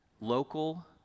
local